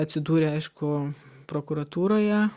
atsidūrė aišku prokuratūroje